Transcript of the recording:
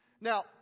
Now